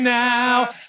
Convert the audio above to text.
now